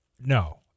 No